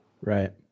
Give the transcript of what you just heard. Right